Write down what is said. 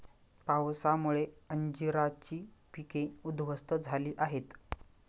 पावसामुळे अंजीराची पिके उध्वस्त झाली आहेत